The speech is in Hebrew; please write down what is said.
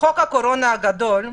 אנחנו פועלים על סמך חוק הקורונה הגדול.